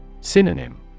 Synonym